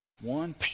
One